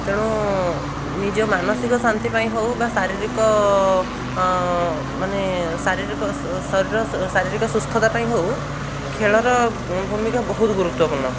ତେଣୁ ନିଜ ମାନସିକ ଶାନ୍ତି ପାଇଁ ହେଉ ବା ଶାରୀରିକ ମାନେ ଶାରୀରିକ ଶରୀର ଶାରୀରିକ ସୁସ୍ଥତା ପାଇଁ ହେଉ ଖେଳର ଭୂମିକା ବହୁତ ଗୁରୁତ୍ୱପୂର୍ଣ୍ଣ